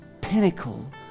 pinnacle